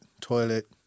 toilet